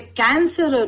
cancer